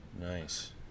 Nice